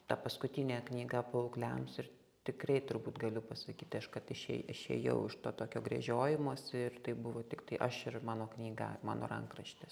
ta paskutinė knyga paaugliams ir tikrai turbūt galiu pasakyti aš kad išė išėjau iš tokio gręžiojimosi ir tai buvo tiktai aš ir mano knyga mano rankraštis